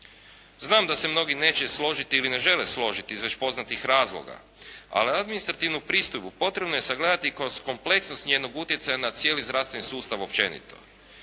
Znam da se mnogi neće složiti ili ne žele složiti iz već poznatih razloga, ali administrativnu pristojbu potrebno je sagledati kroz kompleksnost njenog utjecaja na cijeli zdravstveni sustav općenito.